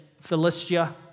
Philistia